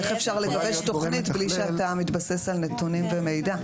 איך אפשר לגבש תוכנית מבלי להתבסס על נתונים ומידע?